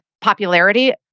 popularity